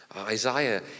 Isaiah